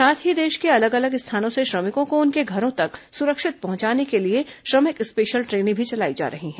साथ ही देश के अलग अलग स्थानों से श्रमिकों को उनके घरों तक सुरक्षित पहुंचाने के लिए श्रमिक स्पेशल ट्रेनें भी चलाई जा रही हैं